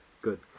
Good